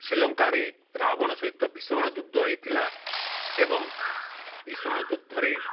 ଶ୍ରୀଲଙ୍କାରେ ରାବଣ ସହିତ ଭୀଷଣ ଯୁଦ୍ଧ ହେଇଥିଲା ଏବଂ ଭୀଷଣ ଯୁଦ୍ଧରେ